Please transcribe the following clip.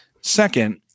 Second